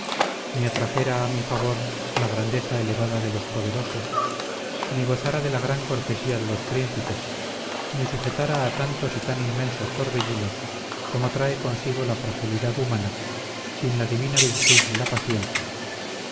ni atrajera a mi favor la grandeza elevada de los poderosos ni gozara de la gran cortesía de los príncipes ni sujetara a tantos y tan inmensos torbellinos como trae consigo la fragilidad humana sin la divina virtud de la paciencia